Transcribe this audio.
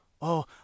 Oh